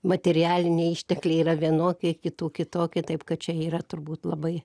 materialiniai ištekliai yra vienokie kitų kitokie taip kad čia yra turbūt labai